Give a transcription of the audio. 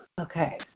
Okay